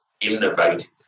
innovative